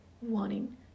wanting